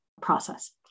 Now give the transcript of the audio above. process